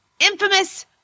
infamous